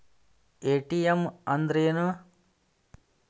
ATM ಅಂದ್ರ ಏನು?